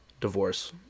divorce